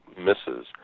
misses